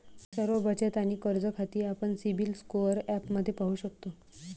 सर्व बचत आणि कर्ज खाती आपण सिबिल स्कोअर ॲपमध्ये पाहू शकतो